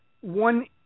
one